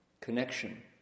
connection